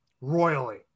royally